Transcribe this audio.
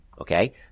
Okay